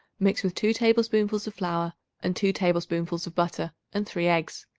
mix with two tablespoonfuls of flour and two tablespoonfuls of butter and three eggs.